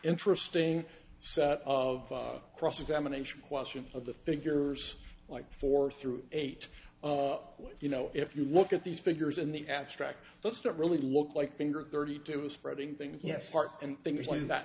interesting set of cross examination question of the figures like four through eight you know if you look at these figures in the abstract let's not really look like finger thirty two of spreading things yes part and things like that